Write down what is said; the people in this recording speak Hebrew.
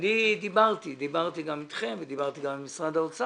אני דיברתי גם אתכם ודיברתי גם עם משרד האוצר.